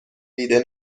دیده